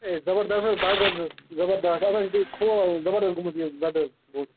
ہَے زَبردَس حظ دَگ حظ زَبردَس اَتھ حظ چھُ بیٚیہِ کھُلاوُن زَبردَس گوٚمُت یہِ زیادٕ حظ گوٚد